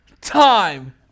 time